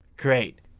Great